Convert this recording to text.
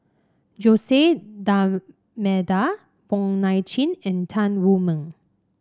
Jose D'Almeida Wong Nai Chin and Tan Wu Meng